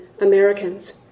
Americans